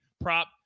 prop